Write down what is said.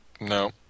No